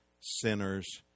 sinners